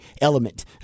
element